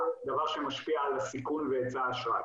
דבר שמשפיע על הסיכון והיצע האשראי.